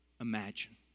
imagine